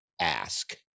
ask